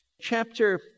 chapter